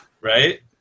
Right